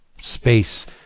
space